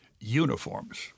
uniforms